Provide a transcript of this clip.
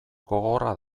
gogorra